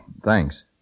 Thanks